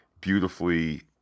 beautifully